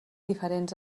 diferents